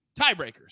tiebreakers